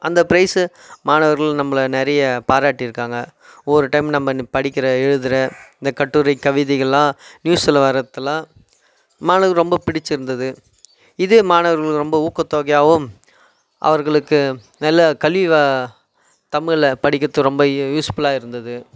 அந்த ப்ரைஸு மாணவர்கள் நம்பளை நிறைய பாராட்டியிருக்காங்க ஒரு டைம் நம்ப ன் படிக்கிற எழுதுகிற இந்த கட்டுரை கவிதைகளெலாம் நியூஸில் வர்றதெல்லாம் மாணவர்களுக்கு ரொம்ப பிடிச்சுருந்துது இதே மாணவர்களுக்கு ரொம்ப ஊக்கத் தொகையாகவும் அவர்களுக்கு நல்ல கல்வி வ தமிழில் படிக்கிறது ரொம்ப யூ யூஸ்ஃபுல்லாக இருந்தது